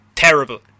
Terrible